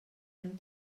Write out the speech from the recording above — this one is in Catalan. hem